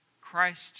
Christ